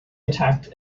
attacked